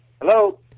Hello